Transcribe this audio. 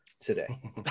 today